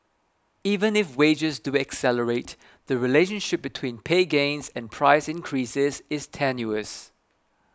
even if wages do accelerate the relationship between pay gains and price increases is tenuous